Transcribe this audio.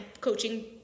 coaching